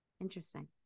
Interesting